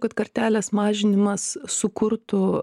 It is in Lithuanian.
kad kartelės mažinimas sukurtų